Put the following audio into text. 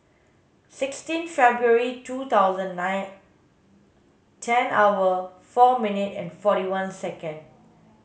sixteen February two thousand nine ten hour four minute and forty one second